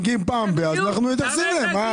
מגיעים פעם בתקופה ואנחנו מתייחסים אליהם.